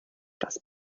das